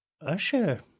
Usher